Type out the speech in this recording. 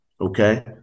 Okay